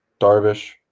Darvish